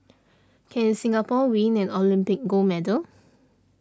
can Singapore win an Olympic gold medal